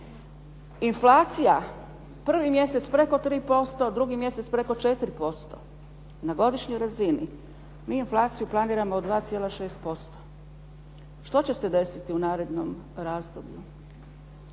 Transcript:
Inflacija, prvi mjesec preko 3%, drugi mjesec preko 4%. Na godišnjoj razini mi inflaciju planiramo od 2,6%. Što će se desiti u narednom razdoblju?